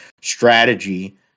strategy